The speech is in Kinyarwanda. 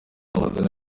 amazina